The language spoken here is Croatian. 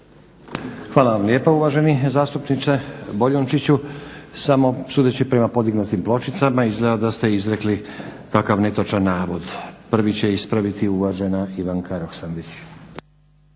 Hvala vam lijepa uvaženi zastupniče Boljunčiću. Samo sudeći prema podignutim pločicama izgleda da ste izrekli kakav netočan navod. Prvi će ispraviti uvažena Ivanka Roksandić.